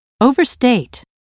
overstate